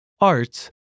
arts